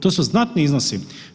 To su znatni iznosi.